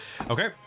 Okay